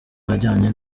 ajyanye